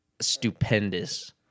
stupendous